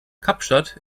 kapstadt